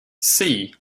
see